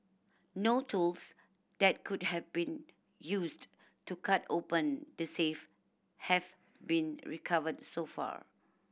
no tools that could have been used to cut open the safe have been recovered so far